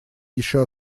ещё